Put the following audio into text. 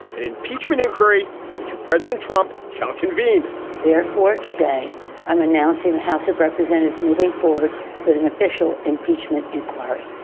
an impeachment inquiry into president trump shall convene therefore today i'm announcing the house of representatives moving forward with an official impeachment inquiry.